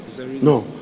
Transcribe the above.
no